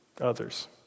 others